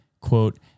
quote